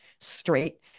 straight